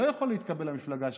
לא יכול להתקבל למפלגה שלו.